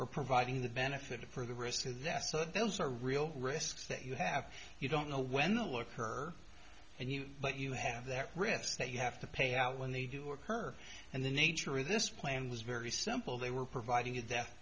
for providing the benefit of her the risk to that so those are real risks that you have you don't know when to look her and you but you have that risk that you have to pay out when they do occur and the nature of this plan was very simple they were providing a death